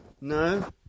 No